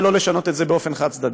ולא לשנות את זה באופן חד-צדדי.